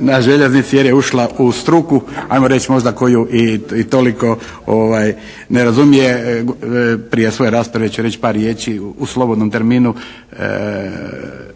na željeznici jer je ušla u struku, ajmo reći koju i toliko ne razumije, prije svoje rasprave ću reći par riječi u slobodnom terminu